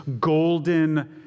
golden